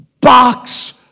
box